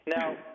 Now